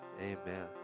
Amen